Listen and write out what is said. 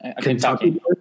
Kentucky